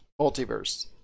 Multiverse